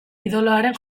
idoloaren